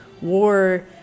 war